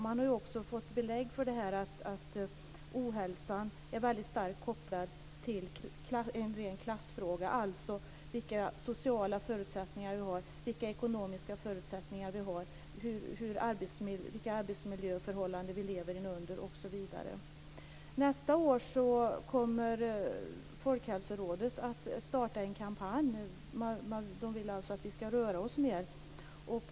Man har också fått belägg för att ohälsan är väldigt starkt kopplad till en ren klassfråga, alltså vilka sociala och ekonomiska förutsättningar vi har, vilka arbetsmiljöförhållanden vi lever under osv. Nästa år kommer Folkhälsorådet att starta en kampanj för att vi ska röra oss mer.